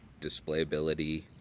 displayability